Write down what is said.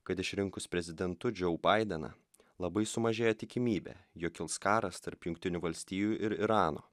kad išrinkus prezidentu džou baideną labai sumažėja tikimybė jog kils karas tarp jungtinių valstijų ir irano